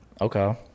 okay